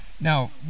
Now